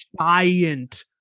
giant